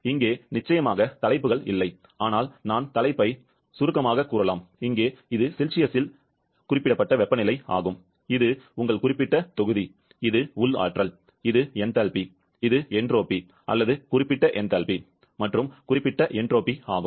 இங்கே நிச்சயமாக தலைப்புகள் இல்லை ஆனால் நான் தலைப்பை சுருக்கமாகக் கூறலாம் இங்கே இது செல்சியஸில் வெப்பநிலை இது உங்கள் குறிப்பிட்ட தொகுதி இது உள் ஆற்றல் இது என்டல்பி இது என்ட்ரோபி அல்லது குறிப்பிட்ட என்டல்பி மற்றும் குறிப்பிட்ட என்ட்ரோபி ஆகும்